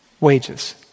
wages